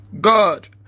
God